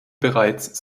bereits